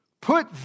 Put